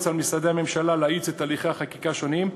על משרדי הממשלה להאיץ את הליכי החקיקה השונים.